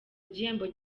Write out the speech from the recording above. igihembo